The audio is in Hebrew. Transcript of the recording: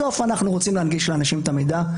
בסוף אנחנו רוצים להנגיש לאנשים את המידע.